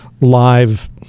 live